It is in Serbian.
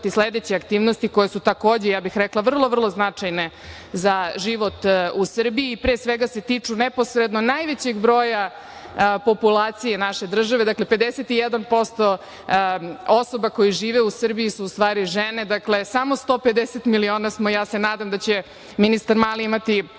sledeće aktivnosti koje su takođe, ja bih rekla, vrlo, vrlo značajne za život u Srbiji, pre svega se tiču neposredno najvećeg broja populacije naše države, dakle, 51% osoba koji žive u Srbiji su u stvari žene. Dakle, samo 150 miliona smo, ja se nadam da će ministar mali imati više